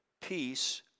Peace